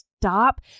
stop